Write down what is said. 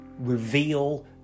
reveal